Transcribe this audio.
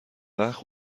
وقت